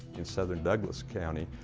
in southern douglas county,